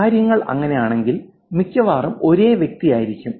കാര്യങ്ങൾ അങ്ങനെയാണെങ്കിൽ മിക്കവാറും ഒരേ വ്യക്തിയായിരിക്കും